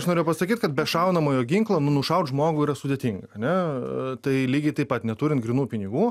aš norėjau pasakyt kad be šaunamojo ginklo nu nušaut žmogų yra sudėtinga ane tai lygiai taip pat neturint grynų pinigų